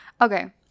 Okay